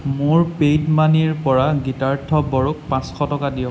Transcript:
মোৰ পেইড মানিৰ পৰা গীতাৰ্থ বড়োক পাঁচশ টকা দিয়ক